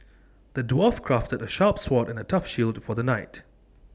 the dwarf crafted A sharp sword and A tough shield for the knight